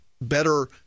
better